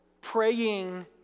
Praying